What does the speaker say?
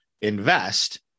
invest